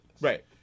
Right